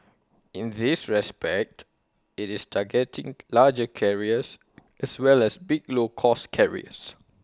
in this respect IT is targeting larger carriers as well as big low cost carriers